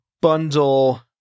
bundle